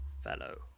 fellow